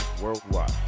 worldwide